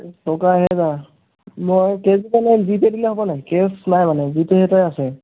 টকা এহেজাৰ মই কেচ্ দিব নাই জিপে' দিলে হ'ব নাই কেচ্ নাই মানে জিপে'তহে আছে